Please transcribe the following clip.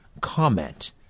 comment